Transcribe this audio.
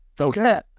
Okay